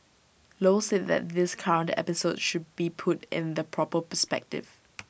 low said that this current episode should be put in the proper perspective